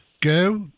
Go